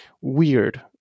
weird